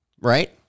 right